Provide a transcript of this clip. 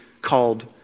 called